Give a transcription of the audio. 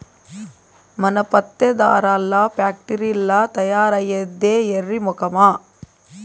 మన పత్తే దారాల్ల ఫాక్టరీల్ల తయారైద్దే ఎర్రి మొకమా